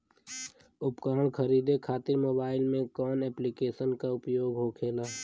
उपकरण खरीदे खाते मोबाइल में कौन ऐप्लिकेशन का उपयोग होखेला?